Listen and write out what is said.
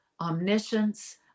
omniscience